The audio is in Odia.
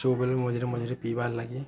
ସବୁବେଳେ ମଝିରେ ମଝିରେ ପିଇବାର୍ ଲାଗି